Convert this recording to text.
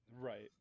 right